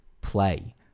play